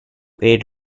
aid